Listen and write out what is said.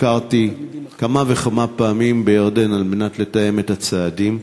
ביקרתי כמה וכמה פעמים בירדן על מנת לתאם את הצעדים.